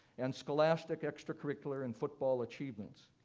and scholastic, extracurricular, and football achievements.